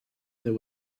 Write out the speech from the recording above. there